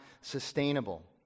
sustainable